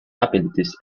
abilities